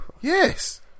yes